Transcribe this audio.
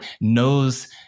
knows